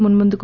మున్ముందుకు